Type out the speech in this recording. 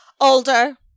older